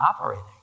operating